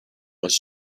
was